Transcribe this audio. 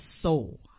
soul